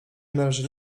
należy